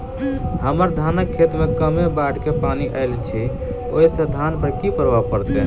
हम्मर धानक खेत मे कमे बाढ़ केँ पानि आइल अछि, ओय सँ धान पर की प्रभाव पड़तै?